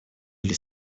или